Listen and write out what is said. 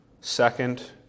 Second